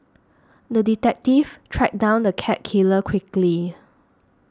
the detective tracked down the cat killer quickly